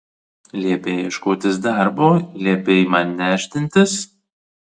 liepei ieškotis darbo liepei man nešdintis